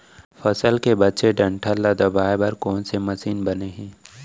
फसल के बचे डंठल ल दबाये बर कोन से मशीन बने हे?